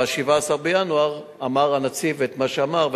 ב-17 בינואר אמר הנציב את מה שאמר,